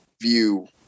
view